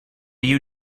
you